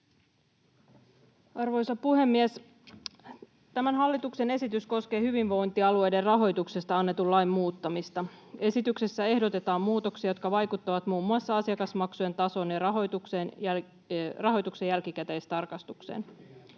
Arvoisa puhemies! Tämä hallituksen esitys koskee hyvinvointialueiden rahoituksesta annetun lain muuttamista. Esityksessä ehdotetaan muutoksia, jotka vaikuttavat muun muassa asiakasmaksujen tasoon ja rahoituksen jälkikäteistarkastukseen.